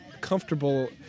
comfortable